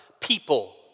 people